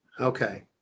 Okay